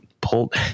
pulled